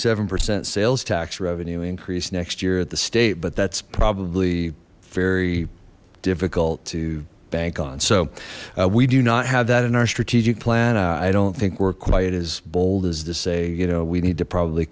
seven percent sales tax revenue increase next year at the state but that's probably very difficult to bank on so we do not have that in our strategic plan i don't think we're quite as bold as to say you know we need to probably